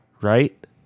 right